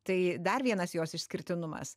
tai dar vienas jos išskirtinumas